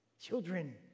children